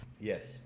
yes